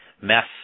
mess